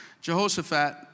Jehoshaphat